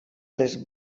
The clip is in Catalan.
les